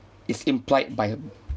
is implied by mm